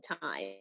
time